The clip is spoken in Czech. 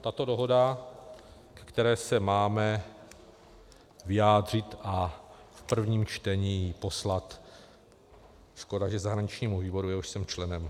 Tato dohoda, ke které se máme vyjádřit a v prvním čtení ji poslat škoda, i zahraničnímu výboru, jehož jsem členem.